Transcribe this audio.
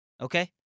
Okay